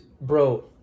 bro